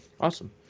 Awesome